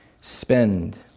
spend